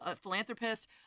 philanthropist